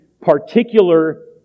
particular